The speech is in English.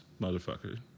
motherfucker